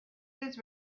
his